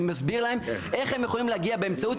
אני מסביר להם איך הם יכולים להגיע באמצעות